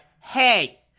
hey